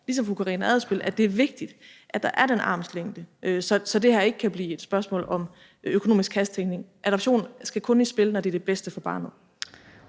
ligesom fru Karina Adsbøl, at det er vigtigt, at der er den armslængde, så det her ikke kan blive et spørgsmål om økonomisk kassetænkning. Adoption skal kun i spil, når det er det bedste for barnet.